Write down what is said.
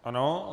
Ano.